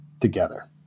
together